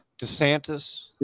desantis